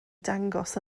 dangos